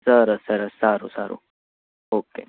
સરસ સરસ સારું સારું ઓકે